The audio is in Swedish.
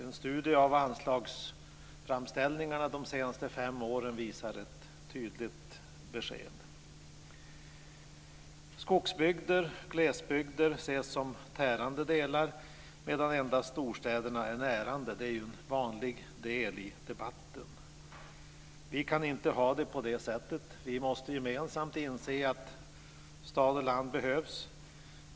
En studie av anslagsframställningarna under de senaste fem åren ger ett tydligt besked. Skogsbygder och glesbygder ses som tärande delar medan endast storstäderna är närande - det är ett vanligt inslag i debatten. Vi kan inte ha det på det sättet. Vi måste gemensamt inse att stad och land behövs.